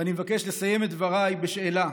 ואני מבקש לסיים את דבריי בשאלה: